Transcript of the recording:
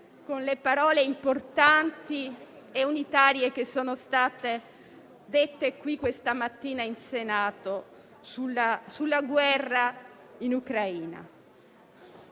con le parole importanti e unitarie che sono state dette questa mattina in Senato sulla guerra in Ucraina.